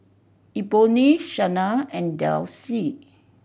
Eboni Shania and Delcie